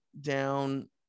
down